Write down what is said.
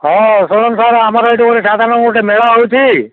ହଁ ଶୁଣନ୍ତୁ ସାର୍ ଆମର ଏଇଠି ଗୋଟେ ସାଧାରଣ ଗୋଟେ ମେଳା ହେଉଛି